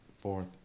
fourth